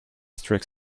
strict